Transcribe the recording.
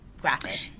graphic